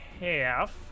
half